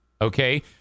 Okay